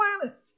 planet